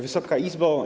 Wysoka Izbo!